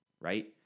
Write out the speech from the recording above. right